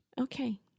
Okay